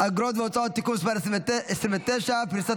אגרות והוצאות (תיקון מס' 29) (פריסת